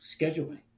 Scheduling